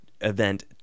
event